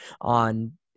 on